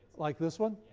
like this one